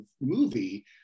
movie